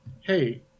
Hey